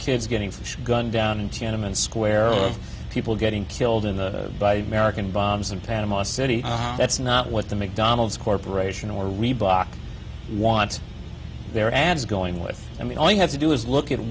kids getting fish gunned down in tiananmen square of people getting killed in the by american bombs in panama city that's not what the mcdonald's corporation or reebok wants their ads going with i mean all you have to do is look at